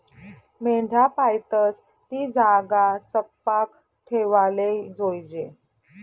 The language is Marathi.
मेंढ्या पायतस ती जागा चकपाक ठेवाले जोयजे